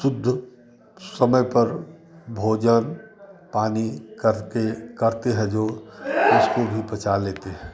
शुद्ध समय पर भोजन पानी करके करते हैं जो उसको भी पचा लेते हैं